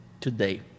today